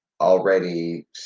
already